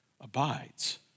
abides